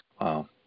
Wow